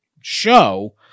show